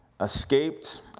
escaped